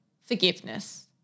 forgiveness